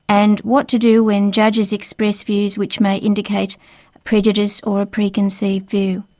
and what to do when judges express views which may indicate prejudice or a preconceived view.